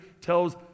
tells